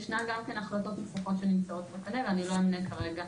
ישנן החלטות נוספות שנמצאות בקנה ואני לא אמנה כרגע